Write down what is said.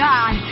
God